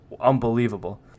unbelievable